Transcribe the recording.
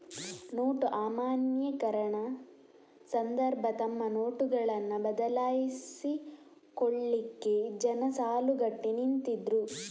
note ಅಮಾನ್ಯೀಕರಣ ಸಂದರ್ಭ ತಮ್ಮ ನೋಟುಗಳನ್ನ ಬದಲಾಯಿಸಿಕೊಳ್ಲಿಕ್ಕೆ ಜನ ಸಾಲುಗಟ್ಟಿ ನಿಂತಿದ್ರು